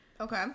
Okay